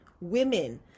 women